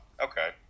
okay